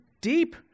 deep